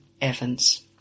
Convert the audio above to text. Evans